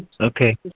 Okay